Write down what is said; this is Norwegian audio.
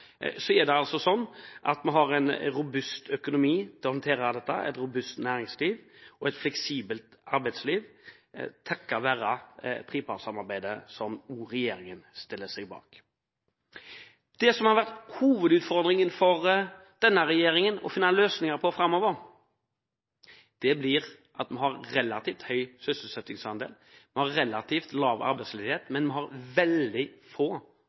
vi har en robust økonomi til å håndtere dette. Vi har et robust næringsliv og et fleksibelt arbeidsliv takket være trepartssamarbeidet, som også regjeringen stiller seg bak. Det som har vært hovedutfordringen for denne regjeringen når det gjelder å finne løsninger framover, er at vi har relativt høy sysselsettingsandel og relativt lav arbeidsledighet, men vi har veldig få